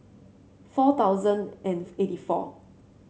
four thousand and eighty four